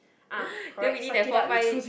then within that four five